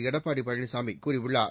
எடப்பாடி பழனிசாமி கூறியுள்ளார்